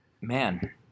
Man